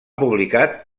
publicat